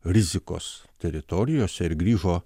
rizikos teritorijose ir grįžo